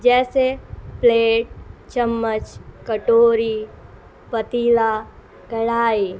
جیسے پلیٹ چمچ کٹوری پتیلا کڑھائی